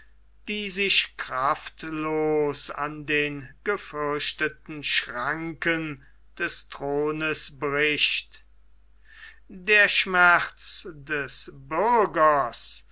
die sich kraftlos an den gefürchteten schranken des thrones bricht der schmerz des bürgers